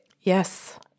Yes